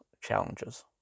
challenges